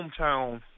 hometown